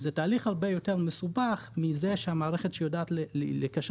זה תהליך הרבה יותר מסובך מזה שהמערכת שיודעת לקשר